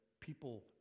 people